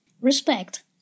Respect